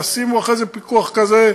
ישימו אחרי זה פיקוח כזה,